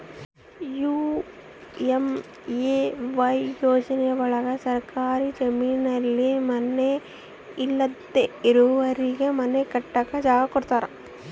PMAY ಯೋಜನೆ ಒಳಗ ಸರ್ಕಾರಿ ಜಮೀನಲ್ಲಿ ಮನೆ ಇಲ್ದೆ ಇರೋರಿಗೆ ಮನೆ ಕಟ್ಟಕ್ ಜಾಗ ಕೊಡ್ತಾರ